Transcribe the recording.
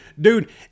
Dude